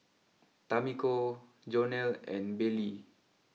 Tamiko Jonell and Baylee